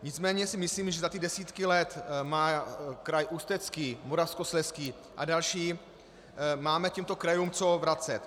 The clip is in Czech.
Nicméně si myslím, že za ty desítky let má kraj Ústecký, Moravskoslezský a další, máme těmto krajům co vracet.